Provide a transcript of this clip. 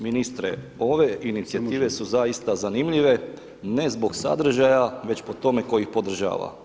Ministre ove inicijative su zaista zanimljive, ne zbog sadržaja već po tome tko ih podržava.